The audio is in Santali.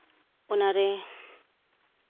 ᱚᱱᱟᱨᱮ